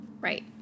Right